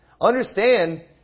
Understand